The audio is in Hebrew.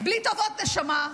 בלי טובות, נשמה.